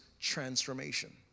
transformation